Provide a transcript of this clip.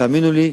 תאמינו לי,